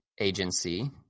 agency